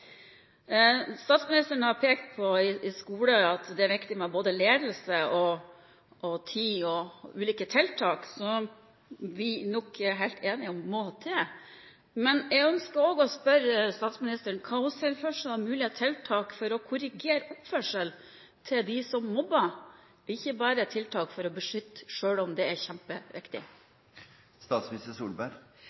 Statsministeren har pekt på at det i skolen er viktig med både ledelse, tid og ulike tiltak som vi nok er helt enige om må til. Men jeg ønsker også å spørre statsministeren om hva hun ser for seg av mulige tiltak for å korrigere oppførselen til dem som mobber – det gjelder ikke bare tiltak for å beskytte, selv om det er